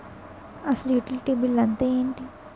అసలు utility bill అంతే ఎంటి?